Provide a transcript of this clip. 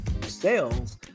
Sales